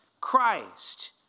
Christ